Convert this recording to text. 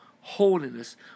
holiness